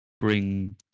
bring